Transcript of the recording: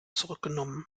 zurückgenommen